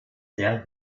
sehr